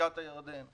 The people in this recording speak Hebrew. ובקעת הירדן.